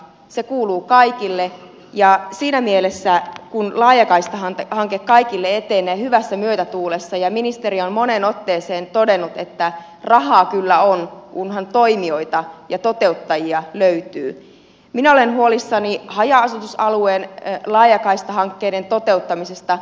se kuuluu kaikille ja siinä mielessä kun laajakaista kaikille hanke etenee hyvässä myötätuulessa ja ministeri on moneen otteeseen todennut että rahaa kyllä on kunhan toimijoita ja toteuttajia löytyy minä olen huolissani haja asutusalueen laajakaistahankkeiden toteuttamisesta